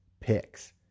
picks